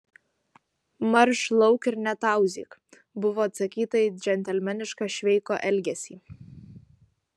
marš lauk ir netauzyk buvo atsakyta į džentelmenišką šveiko elgesį